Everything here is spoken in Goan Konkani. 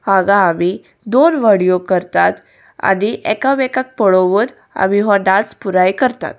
हांगा आमी दोन व्हडयो करतात आनी एकामेकाक पळोवून आमी हो डांस पुराय करतात